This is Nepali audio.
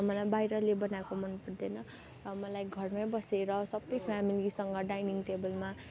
मलाई बाहिरले बनाएको मनपर्दैन अब मलाई घरमै बसेर सबै फ्यामिलीसँग डाइनिङ टेबलमा